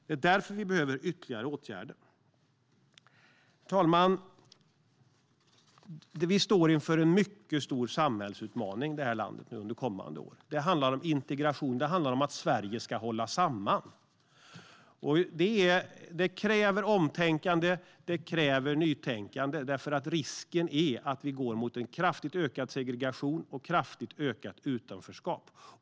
Det är därför vi behöver ytterligare åtgärder. Herr talman! Sverige står inför en mycket stor samhällsutmaning under kommande år. Det handlar om integration och om att Sverige ska hålla samman. Det kräver omtänkande och nytänkande eftersom risken är att vi går mot en kraftigt ökad segregation och ett kraftigt ökat utanförskap.